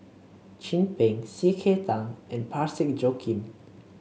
Chin Peng C K Tang and Parsick Joaquim